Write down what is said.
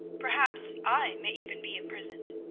perhaps i may even be imprisoned.